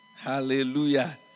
Hallelujah